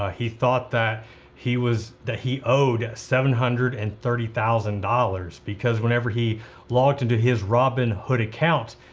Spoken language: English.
ah he thought that he was, that he owed seven hundred and thirty thousand dollars because whenever he logged into his robinhood account,